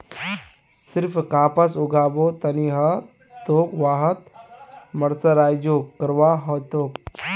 सिर्फ कपास उगाबो त नी ह तोक वहात मर्सराइजो करवा ह तोक